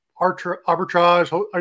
arbitrage